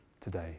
today